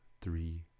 three